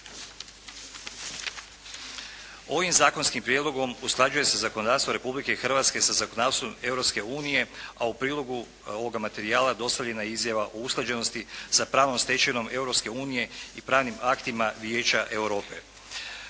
Ovim zakonskim prijedlogom usklađuje se zakonodavstvo Republike Hrvatske sa zakonodavstvom Europske unije, a u prilogu ovoga materijala dostavljena je izjava o usklađenosti sa pravnom stečevinom Europske unije i pravnim aktima Vijeća Europe.